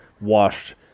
washed